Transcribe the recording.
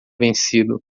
vencido